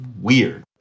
weird